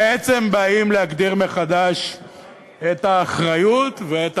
בעצם באים להטיל מחדש את האחריות ואת